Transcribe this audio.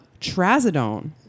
Trazodone